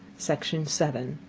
section seven.